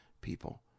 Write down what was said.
people